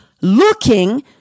looking